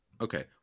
Okay